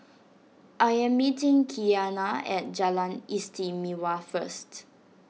I am meeting Kianna at Jalan Istimewa first